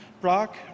Brock